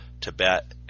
tibet